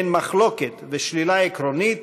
בין מחלוקת ושלילה עקרונית,